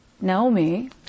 Naomi